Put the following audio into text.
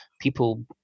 people